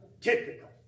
Typical